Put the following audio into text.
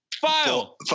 File